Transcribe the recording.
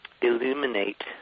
illuminate